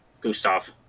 Gustav